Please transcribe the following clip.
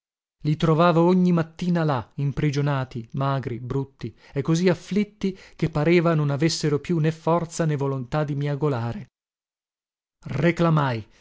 i trovavo ogni mattina là imprigionati magri brutti e così afflitti che pareva non avessero più né forza né volontà di miagolare reclamai